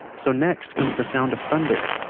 so next comes the sound of thunder,